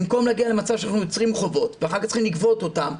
במקום להגיע למצב שאנחנו יוצרים חובות ואחר כך צריכים לגבות אותם,